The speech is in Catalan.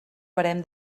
barem